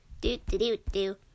Do-do-do-do